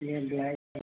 यह ब्लैक है